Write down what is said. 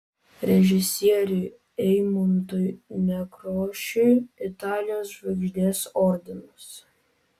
režisieriui eimuntui nekrošiui italijos žvaigždės ordinas